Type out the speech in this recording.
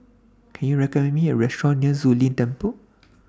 Can YOU recommend Me A Restaurant near Zu Lin Temple